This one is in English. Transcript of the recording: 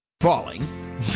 Falling